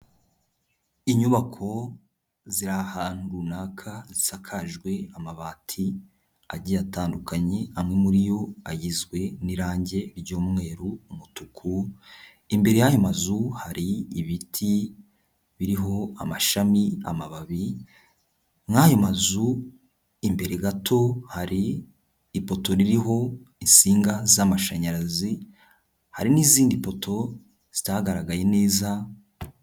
Inyubako ziri ahantu runaka zisakajwe amabati agiye atandukanye amwe muri yo agizwe n'irangi ry'umweru umutuku imbere y'ayo mazu hari ibiti biriho amashami, amababi muri ayo mazu imbere gato hari ipoto ririho insinga z'amashanyarazi, hari n'izindi poto zitagaragaye neza...